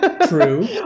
True